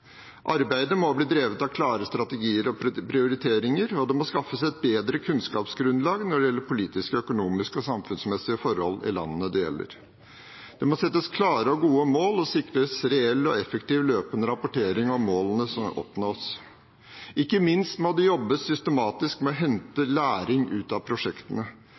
Arbeidet må bli drevet av klare strategier og prioriteringer, og det må skaffes et bedre kunnskapsgrunnlag når det gjelder politiske, økonomiske og samfunnsmessige forhold i landene det gjelder. Det må settes klare og gode mål og sikres reell og effektiv løpende rapportering om målene som oppnås – ikke minst må det jobbes systematisk med å hente læring ut av prosjektene,